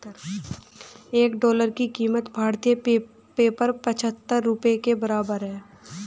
एक डॉलर की कीमत भारतीय पेपर पचहत्तर रुपए के बराबर है